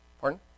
Pardon